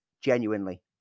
genuinely